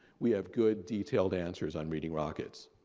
we have good detailed answers on reading rockets.